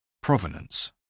Provenance